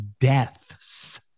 deaths